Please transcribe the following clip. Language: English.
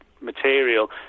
material